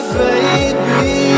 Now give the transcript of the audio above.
baby